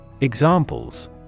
Examples